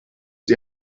die